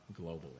globally